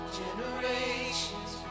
generations